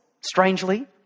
strangely